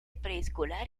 preescolar